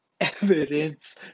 evidence